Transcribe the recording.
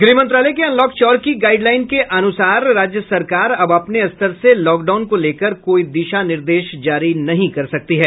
गृह मंत्रालय के अनलॉक चार की गाईडलाईन के अनुसार राज्य सरकार अब अपने स्तर से लॉकडाउन को लेकर कोई दिशा निर्देश जारी नहीं कर सकती है